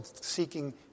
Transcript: seeking